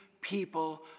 people